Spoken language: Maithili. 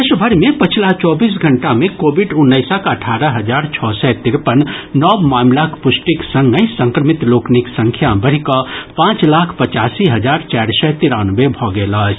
देश भरि मे पछिला चौबीस घंटा मे कोविड उन्नैसक अठारह हजार छओ सय तिरपन नव मामिलाक पुष्टिक संगहि संक्रमित लोकनिक संख्या बढ़ि कऽ पांच लाख पचासी हजार चारि सय तिरानवे भऽ गेल अछि